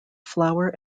flower